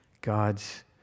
God's